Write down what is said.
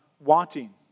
wanting